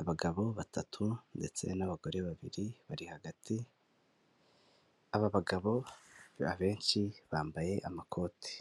abagabo batatu ndetse n'abagore babiri bari hagati. aba bagabo, benshi bambaye amakoti.